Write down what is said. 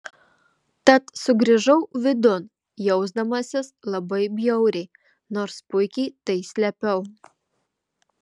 tad sugrįžau vidun jausdamasis labai bjauriai nors puikiai tai slėpiau